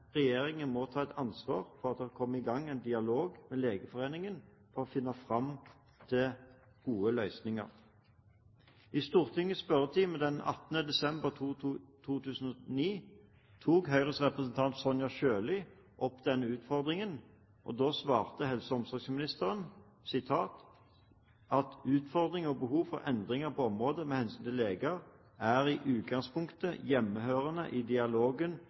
regjeringen må ta ansvar for at det kommer i gang en dialog med Legeforeningen for å finne fram til gode løsninger. I skriftlig spørsmål 18. desember 2009 tok Høyres representant Sonja Irene Sjøli opp denne utfordringen. Da svarte helse- og omsorgsministeren: «Utfordringer og behov for endringer på området med hensyn til leger er i utgangspunktet naturlig hjemhørende i dialogen